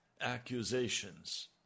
accusations